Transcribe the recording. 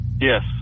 Yes